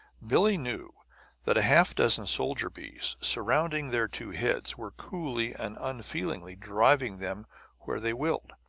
billie knew that a half-dozen soldier bees, surrounding their two heads, were coolly and unfeelingly driving them where they willed.